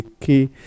key